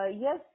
yes